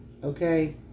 Okay